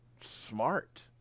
smart